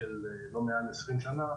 מעל 20 שנה,